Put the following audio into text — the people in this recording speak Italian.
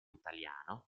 italiano